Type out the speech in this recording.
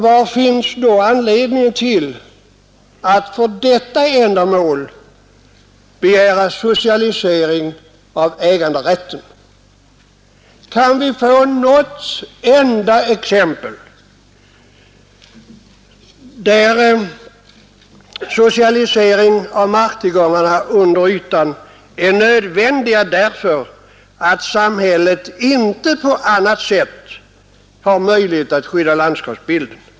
Vad finns det då för anledning att för detta ändamål begära socialisering av äganderätten? Kan vi få något enda exempel, där en socialisering av marktillgångarna under ytan är nödvändig därför att samhället inte på annat sätt har möjlighet att skydda landskapsbilden?